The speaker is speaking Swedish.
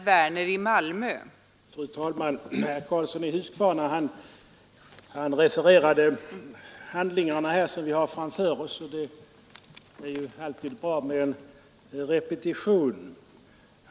Fru talman! Herr Karlsson i Huskvarna refererade handlingarna, som vi har framför oss. Det är ju alltid bra med en repetition.